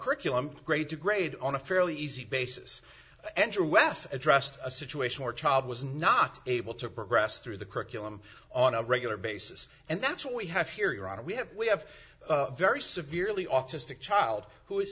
curriculum grade to grade on a fairly easy basis and us addressed a situation where a child was not able to progress through the curriculum on a regular basis and that's what we have here your honor we have we have a very severely autistic child who is